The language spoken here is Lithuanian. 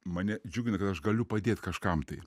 mane džiugina kad aš galiu padėt kažkam tai